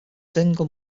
single